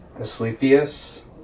Asclepius